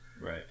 Right